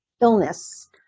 illness